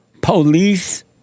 police